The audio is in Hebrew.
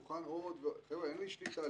אין לי שליטה,